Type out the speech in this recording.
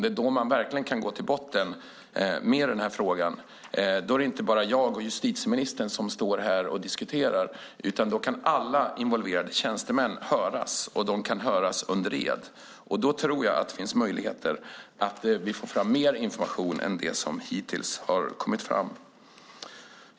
Det är då man verkligen kan gå till botten med den här frågan. Då är det inte bara jag och justitieministern som diskuterar det, utan då kan alla involverade tjänstemän höras, och de kan höras under ed. Då tror jag att det finns möjligheter att få fram mer information än det som hittills har kommit fram.